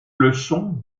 leçon